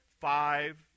Five